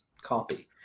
copy